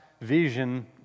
vision